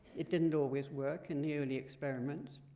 it didn't always work in the early experiments.